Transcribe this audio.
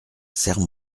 serre